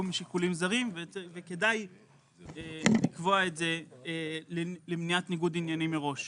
משיקולים זרים וכדאי לקבוע את זה למניעת ניגוד עניינים מראש.